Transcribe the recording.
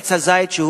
עץ הזית,